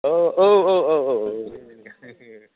औ औ औ रिमजिमनि गारजेन